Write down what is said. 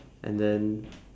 and then